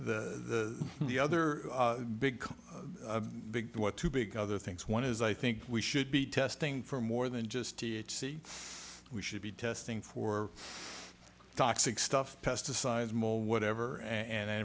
y the other big big what two big other things one is i think we should be testing for more than just t h c we should be testing for toxic stuff pesticides more whatever and